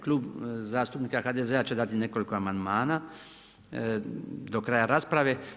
Klub zastupnika HDZ-a će dati nekoliko amandmana do kraja rasprave.